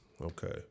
Okay